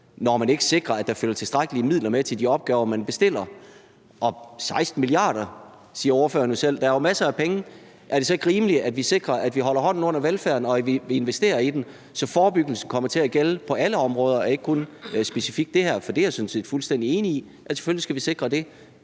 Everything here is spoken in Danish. når man ikke sikrer, at der følger tilstrækkelige midler med til de opgaver, man bestiller. 16 mia. kr. – siger ordføreren selv. Der er jo masser af penge. Er det så ikke rimeligt, at vi sikrer, at vi holder hånden under velfærden, og at vi investerer i den, så forebyggelse kommer til at gælde på alle områder og ikke kun specifikt det her? For det er jeg sådan set fuldstændig enig i: Selvfølgelig skal vi sikre det.